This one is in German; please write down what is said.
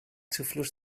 zufluss